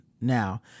Now